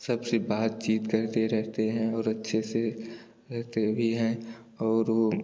सबसे बातचीत करते रहते हैं और अच्छे से रहते भी हैं और वह